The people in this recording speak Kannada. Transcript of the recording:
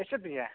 ಎಷ್ಟೊತ್ತಿಗೆ